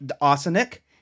arsenic